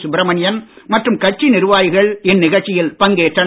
சுப்ரமணியன் மற்றும் கட்சி நிர்வாகிகள் இந்நிகழ்ச்சிகளில் பங்கேற்றனர்